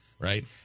right